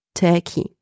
turkey